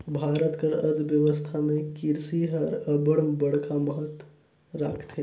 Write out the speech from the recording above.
भारत कर अर्थबेवस्था में किरसी हर अब्बड़ बड़खा महत राखथे